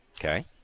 Okay